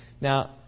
Now